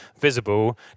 visible